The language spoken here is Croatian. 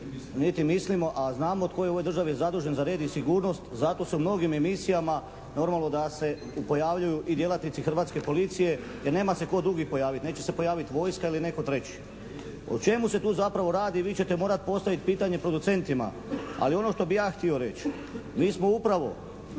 Niti mislimo a znamo tko je u ovoj državi zadužen za red i sigurnost. Zato se u mnogim emisijama normalno da se pojavljuju i djelatnici hrvatske policije jer nema se tko drugi pojaviti. Neće se pojaviti vojska ili netko treći. O čemu se tu zapravo radi vi ćete morati postaviti pitanje producentima ali ono što bih ja htio reći. Mi smo upravo,